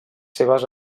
seves